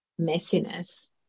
messiness